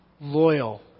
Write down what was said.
loyal